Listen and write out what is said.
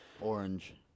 orange